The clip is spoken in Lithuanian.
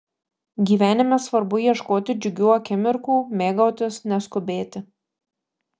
gyvenime svarbu ieškoti džiugių akimirkų mėgautis neskubėti